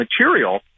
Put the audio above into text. material